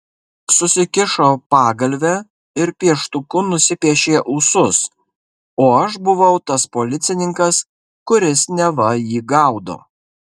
susikišo pagalvę ir pieštuku nusipiešė ūsus o aš buvau tas policininkas kuris neva jį gaudo